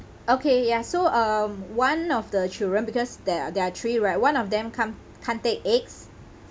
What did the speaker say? okay ya so um one of the children because there are there are three right one of them can't can't take eggs